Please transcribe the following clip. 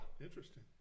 Interesting